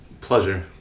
Pleasure